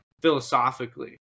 Philosophically